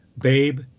Babe